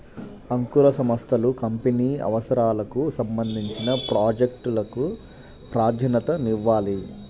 అంకుర సంస్థలు కంపెనీ అవసరాలకు సంబంధించిన ప్రాజెక్ట్ లకు ప్రాధాన్యతనివ్వాలి